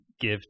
give